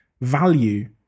value